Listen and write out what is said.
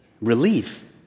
relief